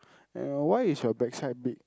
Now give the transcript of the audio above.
uh why is your backside big